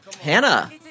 Hannah